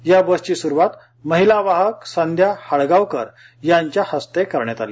या बसची सुरुवात महिला वाहक संध्या हाळगावकर यांच्या हस्ते करण्यात आली